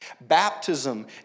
Baptism